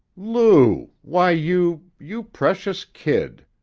lou! why, you you precious kid!